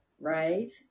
right